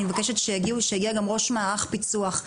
אני מבקשת שיגיעו, שיהיה גם ראש מערך פיצוח.